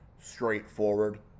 straightforward